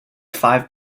five